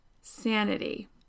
sanity